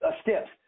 steps